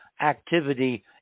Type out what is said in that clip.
activity